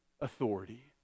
authority